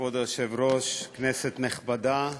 כבוד היושב-ראש, כנסת נכבדה,